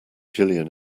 jillian